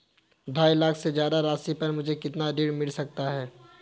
ढाई लाख से ज्यादा राशि पर मुझे कितना ऋण मिल सकता है?